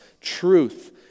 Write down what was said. truth